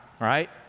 right